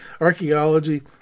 archaeology